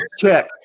check